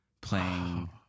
playing